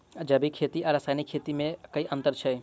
जैविक खेती आ रासायनिक खेती मे केँ अंतर छै?